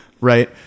right